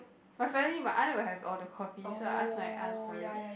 but family my aunt will have all the copy so I ask my aunt for it